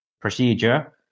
procedure